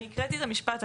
אני הקראתי את המשפט.